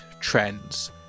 trends